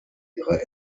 ihre